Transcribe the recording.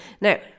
now